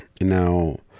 Now